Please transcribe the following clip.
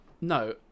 No